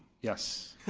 yes,